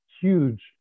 huge